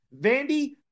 Vandy